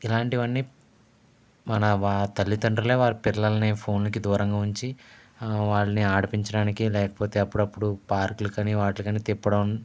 ఇలాంటివన్నీ మన వా తల్లిదండ్రులే వారి పిల్లల్ని ఫోన్కి దూరంగా ఉంచి వారిని ఆడిపించడానికి లేకపోతే అప్పుడప్పుడు పార్కులకని వాటికని తిప్పడం